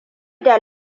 da